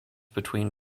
between